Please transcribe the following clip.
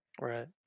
Right